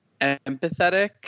empathetic